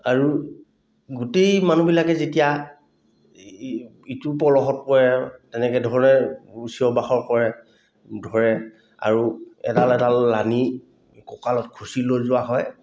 আৰু গোটেই মানুহবিলাকে যেতিয়া ইটোৰ পলহত পৰে আৰু তেনেকে ধৰে চিঞৰ বাখৰ কৰে ধৰে আৰু এডাল এডাল লানি কঁকালত খুচি লৈ যোৱা হয়